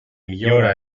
millora